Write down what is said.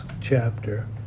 Chapter